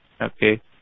okay